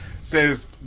says